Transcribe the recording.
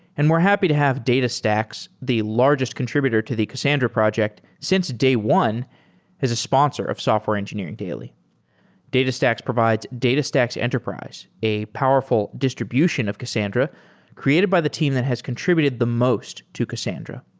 and we're happy to have datastax, the largest contributed to the cassandra project since day one as a sponsor of software engineering daily datastax provides datastax enterprise, a powerful distribution of cassandra created by the team that has contributed the most to cassandra.